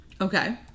Okay